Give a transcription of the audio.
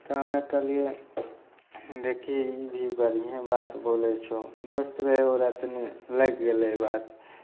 तऽ हमे कहलियै देखही ई भी बढिएँ बात बोलै छौ दोस्त रहय ओकरा तनी लागि गेलै ई बात